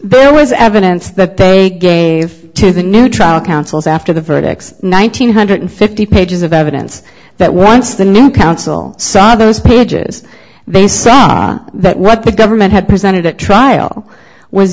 there was evidence that they gave to the new trial councils after the verdicts nine hundred fifty pages of evidence that once the new council saw those pages they saw that what the government had presented at trial was